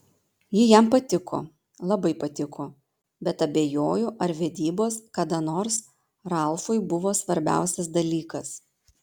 ji jam patiko labai patiko bet abejoju ar vedybos kada nors ralfui buvo svarbiausias dalykas